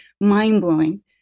mind-blowing